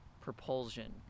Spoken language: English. propulsion